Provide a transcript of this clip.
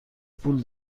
پول